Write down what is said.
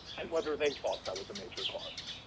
and whether they thought that was a major cause.